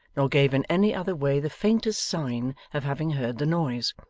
nor gave in any other way the faintest sign of having heard the noise.